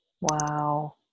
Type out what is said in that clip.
Wow